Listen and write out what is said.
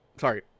Sorry